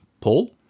Paul